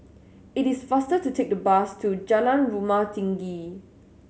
it is faster to take the bus to Jalan Rumah Tinggi